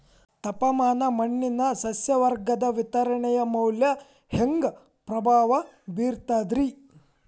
ತಾಪಮಾನ ಮಣ್ಣಿನ ಸಸ್ಯವರ್ಗದ ವಿತರಣೆಯ ಮ್ಯಾಲ ಹ್ಯಾಂಗ ಪ್ರಭಾವ ಬೇರ್ತದ್ರಿ?